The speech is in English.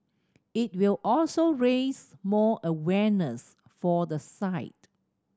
it will also raise more awareness for the site